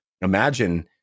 imagine